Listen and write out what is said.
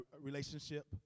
relationship